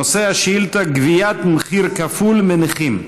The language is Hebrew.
נושא השאילתה: גביית מחיר כפול מנכים.